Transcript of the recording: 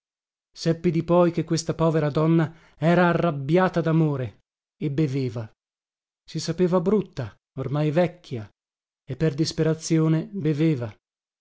seppi di poi che questa povera donna era arrabbiata damore e beveva si sapeva brutta ormai vecchia e per disperazione beveva